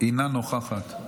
הינה נוכחת.